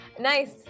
nice